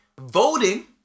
voting